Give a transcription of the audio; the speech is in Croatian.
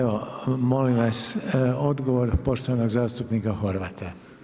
Evo molim vas odgovor poštovanog zastupnika Horvata.